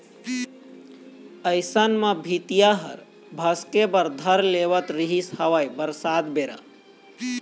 अइसन म भीतिया ह भसके बर धर लेवत रिहिस हवय बरसात बेरा